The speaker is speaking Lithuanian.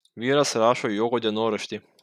vyras rašo jogo dienoraštį